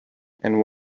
and